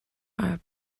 are